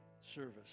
service